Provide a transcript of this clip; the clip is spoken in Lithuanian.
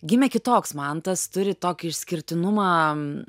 gimė kitoks mantas turi tokį išskirtinumą